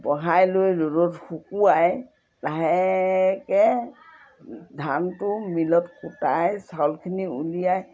বহাই লৈ ৰ'দত শুকুৱাই লাহেকৈ ধানটো মিলত কুটাই চাউলখিনি উলিয়াই